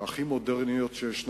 הכי מודרניות שיש,